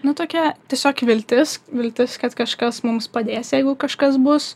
nu tokia tiesiog viltis viltis kad kažkas mums padės jeigu kažkas bus